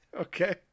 Okay